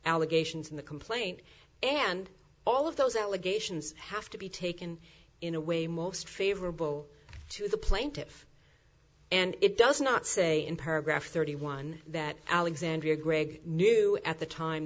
allegations in the complaint and all of those allegations have to be taken in a way most favorable to the plaintiff and it does not say in paragraph thirty one that alexandria gregg knew at the time